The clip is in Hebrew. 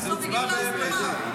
וזה הוצבע פה אחד.